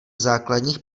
základních